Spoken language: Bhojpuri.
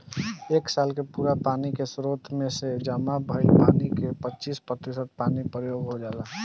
एक साल के पूरा पानी के स्रोत में से जामा भईल पानी के पच्चीस प्रतिशत पानी प्रयोग हो जाला